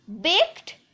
baked